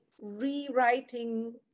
rewriting